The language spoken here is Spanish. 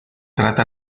trata